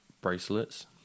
bracelets